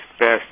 best